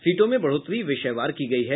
सीटों में बढ़ोत्तरी विषयवार की गयी है